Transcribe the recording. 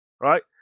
right